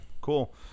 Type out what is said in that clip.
cool